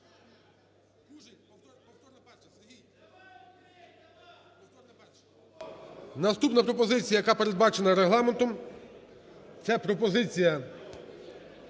Наступна пропозиція, яка передбачена Регламентом це пропозиція